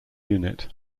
unit